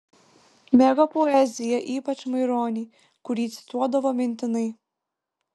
mėgo poeziją ypač maironį kurį cituodavo mintinai